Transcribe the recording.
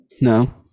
No